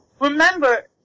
remember